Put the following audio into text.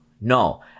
no